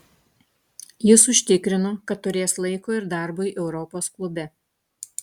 jis užtikrino kad turės laiko ir darbui europos klube